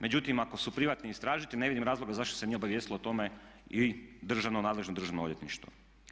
Međutim, ako su privatni istražitelji ne vidim razloga zašto se nije obavijestilo o tome i državno, nadležno državno odvjetništvo.